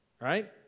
right